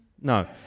No